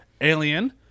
Alien